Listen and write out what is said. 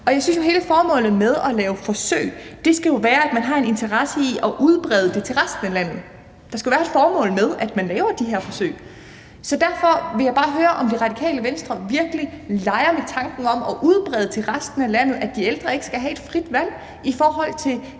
Og jeg synes jo, at hele formålet med at lave forsøg skal være, at man har en interesse i at udbrede det til resten af landet. Der skal jo være et formål med, at man laver de her forsøg. Så derfor vil jeg bare høre, om Det Radikale Venstre virkelig leger med tanken om at udbrede til resten af landet, at de ældre ikke skal have et frit valg i forhold til